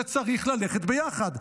זה צריך ללכת ביחד.